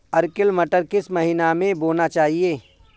Arkel मटर किस महीना में बोना चाहिए?